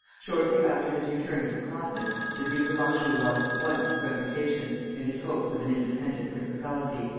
shortly after his return to the continent, the duke of anjou lost at once his reputation, and his hopes of an independent principality,